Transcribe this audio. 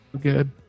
good